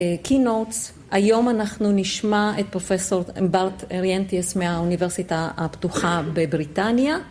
‫קי-נוטס. היום אנחנו נשמע ‫את פרופ' אמברט אריאנטיאס ‫מהאוניברסיטה הפתוחה בבריטניה.